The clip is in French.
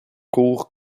cour